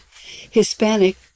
Hispanic